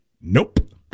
Nope